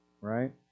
Right